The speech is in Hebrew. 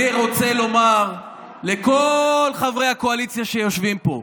אני רוצה לומר לכל חברי הקואליציה שיושבים פה: